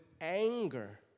anger